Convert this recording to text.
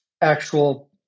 actual